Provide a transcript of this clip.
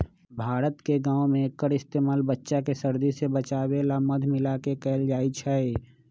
भारत के गाँव में एक्कर इस्तेमाल बच्चा के सर्दी से बचावे ला मध मिलाके कएल जाई छई